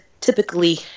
typically